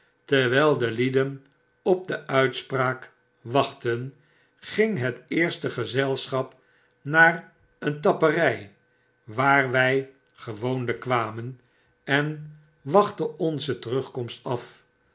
terwyl de lieden op de uitspraak wachtten ging het eerstegezelschap naar een tappery waar wy gewoonlyk kwamen en wachtte onze terugkomst af